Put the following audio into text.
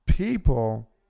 People